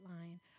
line